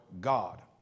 God